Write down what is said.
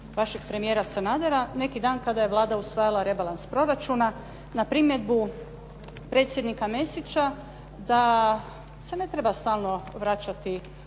vašeg premijera Sanadera. Neki dan kada je Vlada usvajala rebalans proračuna na primjedbu predsjednika Mesića da se ne treba stalno vraćati